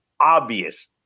obvious